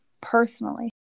personally